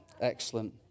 excellent